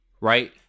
right